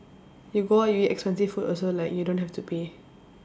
you go out you eat expensive food also like you don't have to pay